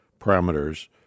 parameters